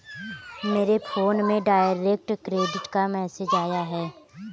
मेरे फोन में direct credit का मैसेज आया है